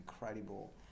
incredible